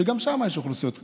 וגם שם יש אוכלוסיות חלשות,